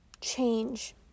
change